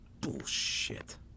Bullshit